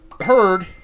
heard